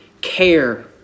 care